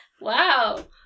Wow